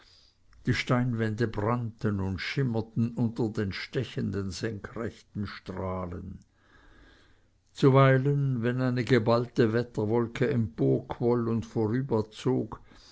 die steinwände brannten und schimmerten unter den stechenden senkrechten strahlen zuweilen wenn eine geballte wetterwolke emporquoll und vorüberzog